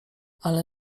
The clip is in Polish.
ale